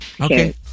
Okay